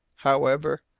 however,